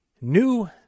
new